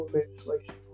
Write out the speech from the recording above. legislation